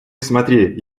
смотри